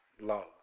love